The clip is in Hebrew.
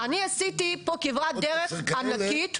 אני עשיתי פה כברת דרך ענקית,